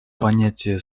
понятия